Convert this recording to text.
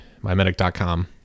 MyMedic.com